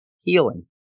Healing